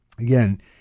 Again